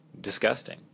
disgusting